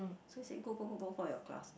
so he said go go go go for your class